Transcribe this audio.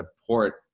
support